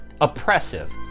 oppressive